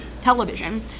television